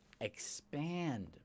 expand